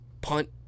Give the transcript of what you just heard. punt